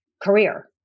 career